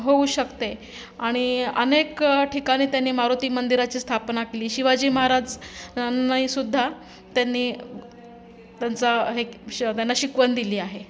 होऊ शकते आणि अनेक ठिकाणी त्यांनी मारुती मंदिराची स्थापना केली शिवाजी महाराजांनाहीसुद्धा त्यांनी त्यांचा हे श त्यांना शिकवण दिली आहे